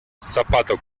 zapato